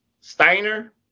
Steiner